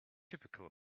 typical